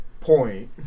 point